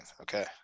Okay